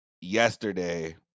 yesterday